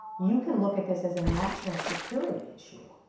you can look at this as a national security issue.